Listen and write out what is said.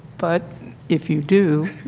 but if you do,